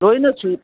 ꯂꯣꯏꯅ